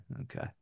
okay